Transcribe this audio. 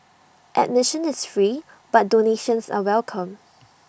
admission is free but donations are welcome